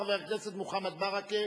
חבר הכנסת מוחמד ברכה.